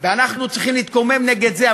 ואנחנו צריכים להתקומם נגד זה,